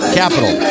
capital